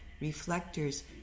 reflectors